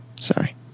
Sorry